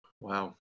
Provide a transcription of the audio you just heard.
Wow